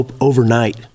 Overnight